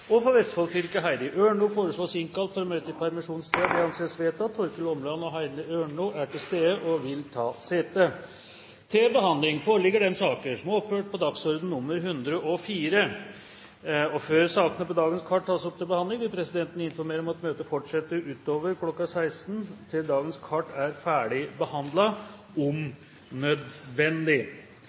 Torkil ÅmlandFor Vestfold fylke: Heidi Ørnlo Torkil Åmland og Heidi Ørnlo er til stede og vil ta sete. Før sakene på dagens kart tas opp til behandling, vil presidenten informere om at møtet fortsetter utover kl. 16 til dagens kart er ferdigbehandlet. Ingen har bedt om